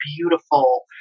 beautiful